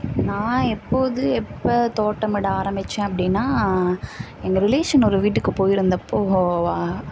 நான் எப்போது எப்போ தோட்டமிட ஆரம்மிச்சேன் அப்படினா எங்கள் ரிலேசன் ஒரு வீட்டுக்கு போய்ருந்தப்போ